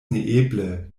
neeble